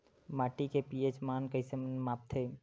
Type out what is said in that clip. माटी के पी.एच मान कइसे मापथे?